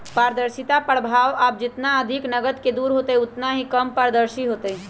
पारदर्शिता प्रभाव अपन जितना अधिक नकद से दूर होतय उतना ही कम पारदर्शी होतय